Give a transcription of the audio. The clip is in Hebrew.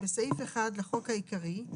2.בסעיף 1 לחוק העיקרי,